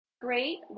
Great